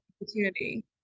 opportunity